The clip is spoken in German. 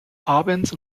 abends